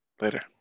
later